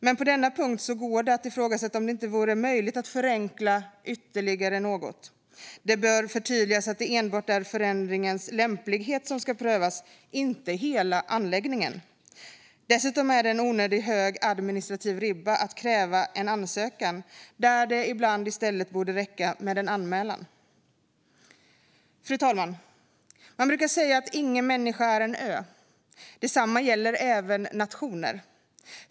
Men på denna punkt går det att ifrågasätta om det inte vore möjligt att förenkla ytterligare något. Det bör förtydligas att det enbart är förändringens lämplighet som ska prövas, inte hela anläggningen. Dessutom är det en onödigt hög administrativ ribba att kräva en ansökan när det ibland borde kunna räcka med en anmälan. Fru talman! Man brukar säga att ingen människa är en ö. Detsamma gäller även nationer.